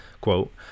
quote